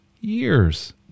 years